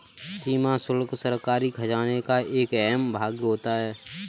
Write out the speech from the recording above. सीमा शुल्क सरकारी खजाने का एक अहम भाग होता है